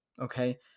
okay